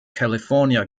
california